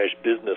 business